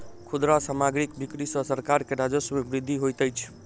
खुदरा सामग्रीक बिक्री सॅ सरकार के राजस्व मे वृद्धि होइत अछि